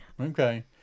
okay